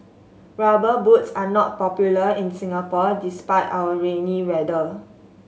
Rubber Boots are not popular in Singapore despite our rainy weather